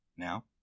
Now